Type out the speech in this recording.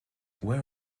where